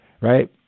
right